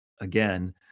again